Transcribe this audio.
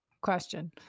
question